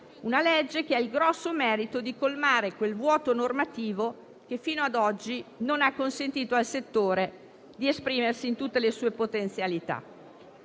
questa, che ha il grosso merito di colmare quel vuoto normativo che fino ad oggi non ha consentito al settore di esprimersi in tutte le sue potenzialità.